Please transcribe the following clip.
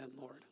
Lord